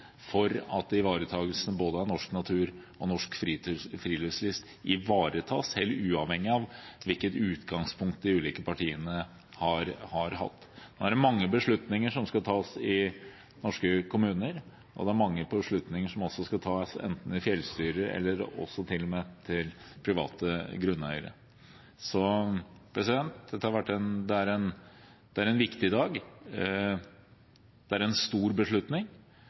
for at både norsk natur og norsk friluftsliv ivaretas, uavhengig av hvilket utgangspunkt de ulike partiene har hatt. Nå er det mange beslutninger som skal tas i norske kommuner, og det er mange beslutninger som skal tas enten i fjellstyrer eller av private grunneiere. Dette er en viktig dag. Det er en stor beslutning. Det er et stort engasjement. Jeg håper at resultatet blir – over tid – at vi fortsatt har et sterkt fokus på det